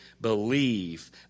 believe